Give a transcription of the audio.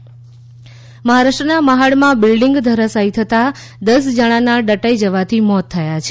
Maharashtra building મહારાષ્ટ્રના મહાડમાં building ધરાશાયી થતાં દસ જણાનાં દટાઈ જવાથી મોત થયાં છે